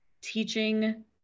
teaching